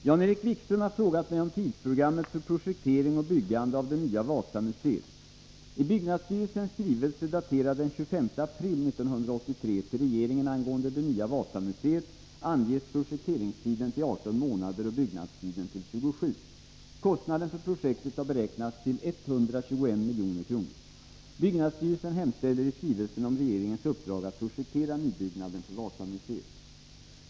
Herr talman! Jan-Erik Wikström har frågat mig om tidsprogrammet för projektering och byggande av det nya Wasamuseet. I byggnadsstyrelsens skrivelse, daterad den 25 april 1983, till regeringen angående det nya Wasamuseet, anges projekteringstiden till 18 månader och byggnadstiden till 27 månader. Kostnaden för projektet har beräknats till 121 milj.kr. Byggnadsstyrelsen hemställer i skrivelsen om regeringens uppdrag att projektera nybyggnaden för Wasamuseet.